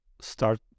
start